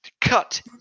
cut